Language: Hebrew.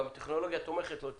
גם טכנולוגיה תומכת לא תהיה.